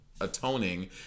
atoning